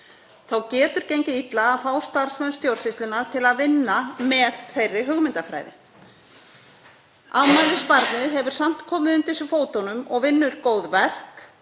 getur gengið illa að fá starfsmenn stjórnsýslunnar til að vinna með þeirri hugmyndafræði. Afmælisbarnið hefur samt komið undir sig fótunum og vinnur góð verk.